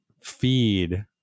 feed